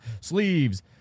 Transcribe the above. sleeves